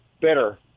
better